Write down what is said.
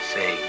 say